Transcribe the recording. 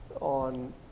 on